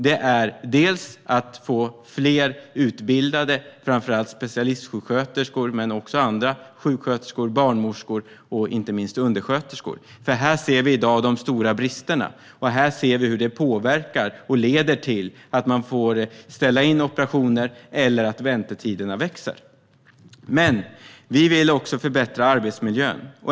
Det handlar bland annat om att få fler utbildade, framför allt specialistsjuksköterskor men också andra sjuksköterskor, barnmorskor och inte minst undersköterskor. Här ser vi i dag de stora bristerna, och vi ser hur det påverkar och leder till att man får ställa in operationer eller till att väntetiderna växer. Men vi vill också förbättra arbetsmiljön.